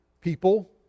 people